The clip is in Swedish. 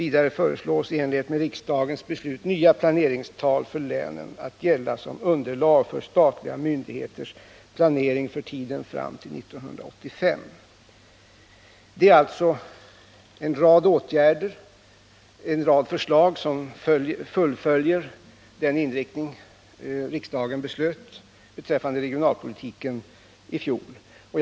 Vidare föreslås i enlighet med riksdagens beslut nya planeringstal för länen gälla som underlag för statliga myndigheters planering för tiden fram till år 1985. Det är alltså en rad förslag som fullföljer den inriktning beträffande regionalpolitiken som riksdagen beslöt i fjol.